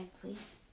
please